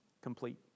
complete